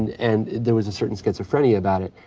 and there was a certain schizophrenia bout it.